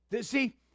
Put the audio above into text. See